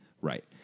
Right